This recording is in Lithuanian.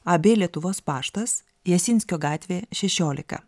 ab lietuvos paštas jasinskio gatvė šešiolika